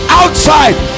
outside